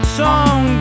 song